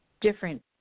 different